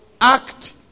act